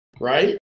right